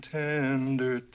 tender